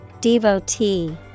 Devotee